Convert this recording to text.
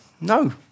No